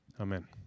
Amen